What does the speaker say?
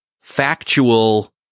factual